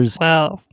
wow